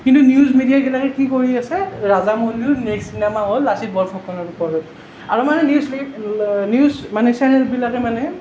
কিন্তু নিউজ মিডিয়াবিলাকে কি কৰি আছে ৰাজামৌলীৰ নেক্সট চিনেমা হ'ল লাচিত বৰফুকনৰ ওপৰত আৰু মানে নিউজ নিউজ মানে চেনেলবিলাকে মানে